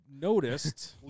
noticed